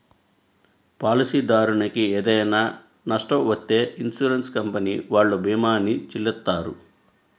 పాలసీదారునికి ఏదైనా నష్టం వత్తే ఇన్సూరెన్స్ కంపెనీ వాళ్ళు భీమాని చెల్లిత్తారు